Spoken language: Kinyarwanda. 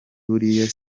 buriya